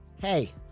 Hey